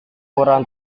kurang